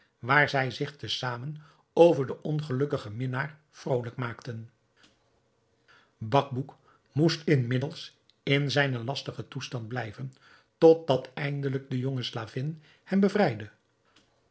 waar zij zich te zamen over den ongelukkigen minnaar vrolijk maakten bacbouc moest inmiddels in zijn lastigen toestand blijven totdat eindelijk de jonge slavin hem bevrijdde